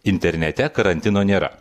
internete karantino nėra